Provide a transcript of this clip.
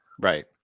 right